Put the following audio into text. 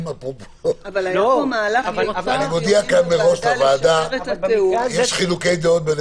אני מודיע כאן לוועדה שיש חילוקי דעות בין